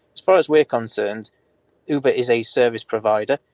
as far as we're concerned uber is a service provider,